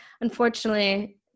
unfortunately